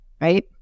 right